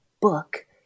book